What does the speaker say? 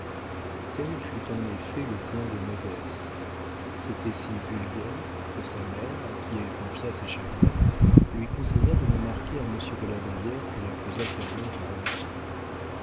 tel fut en effet le plan de modeste c'était si vulgaire que sa mère à qui elle confia ses chagrins lui conseilla de ne marquer à monsieur de la brière que la plus accablante bonté